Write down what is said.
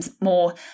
more